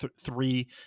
three